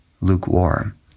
lukewarm